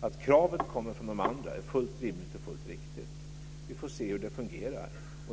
Att kravet kommer från de andra är fullt rimligt och riktigt. Vi får se hur det fungerar.